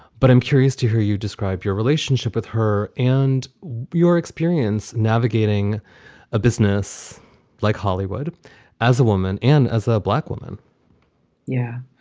but i'm curious to hear you describe your relationship with her and your experience navigating a business like hollywood as a woman and as a black woman yeah,